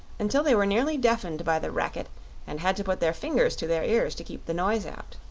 until they were nearly deafened by the racket and had to put their fingers to their ears to keep the noise out.